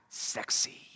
sexy